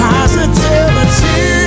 Positivity